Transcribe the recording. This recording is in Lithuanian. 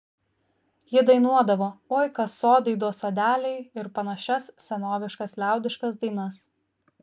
ji dainuodavo oi kas sodai do sodeliai ir panašias senoviškas liaudiškas dainas